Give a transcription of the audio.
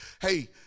Hey